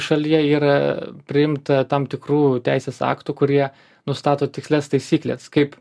šalyje yra priimta tam tikrų teisės aktų kurie nustato tikslias taisykles kaip